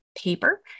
paper